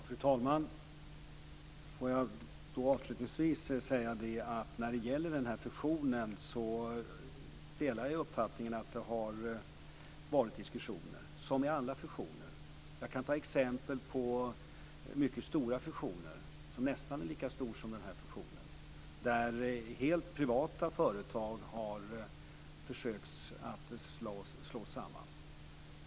Fru talman! Jag vill avslutningsvis säga att jag, när det gäller den här fusionen, delar uppfattningen att det har varit diskussioner, som vid alla fusioner. Jag kan ge exempel på mycket stora fusioner - nästan lika stora som den här fusionen - där helt privata företag har försökt slå sig samman.